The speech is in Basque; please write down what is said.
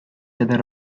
eder